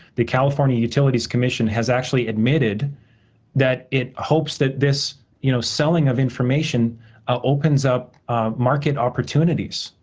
the california utilities commission has actually admitted that it hopes that this you know selling of information opens up market opportunities.